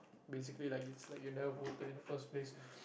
basically like it's like you never voted in the first place